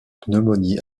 pneumonie